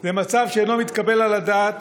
זה מצב שאינו מתקבל על הדעת